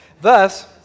Thus